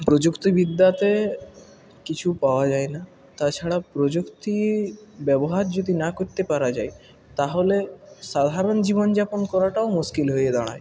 প্রযুক্তিবিদ্যাতে কিছু পাওয়া যায় না তা ছাড়া প্রযুক্তির ব্যবহার যদি না করতে পারা যায় তা হলে সাধারণ জীবনযাপন করাটাও মুশকিল হয়ে দাঁড়ায়